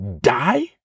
Die